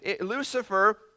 Lucifer